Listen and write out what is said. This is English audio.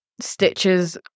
stitches